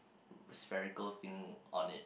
spherical thing on it